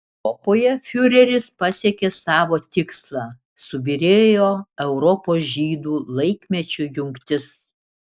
europoje fiureris pasiekė savo tikslą subyrėjo europos žydų laikmečių jungtis